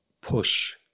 push